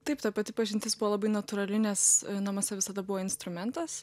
taip ta pati pažintis buvo labai natūrali nes namuose visada buvo instrumentas